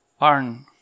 Arn